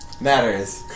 matters